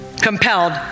Compelled